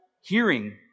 hearing